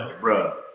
bro